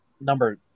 number